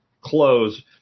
Close